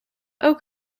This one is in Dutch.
ook